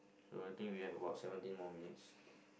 so I think we have about seventeen more minutes